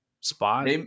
spot